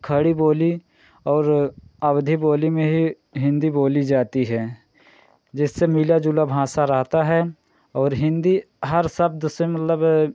खड़ी बोली और अवधि बोली में ही हिन्दी बोली जाती है जिससे मिली जुली भाषा रहता है और हिन्दी हर शब्द से मतलब